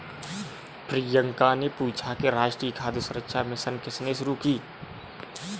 प्रियंका ने पूछा कि राष्ट्रीय खाद्य सुरक्षा मिशन किसने शुरू की?